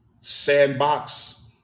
sandbox